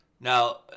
Now